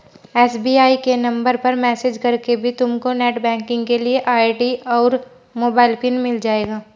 SBI के number पर message करके भी तुमको नेटबैंकिंग के लिए आई.डी और मोबाइल पिन मिल जाएगा